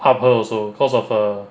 up her also cause of her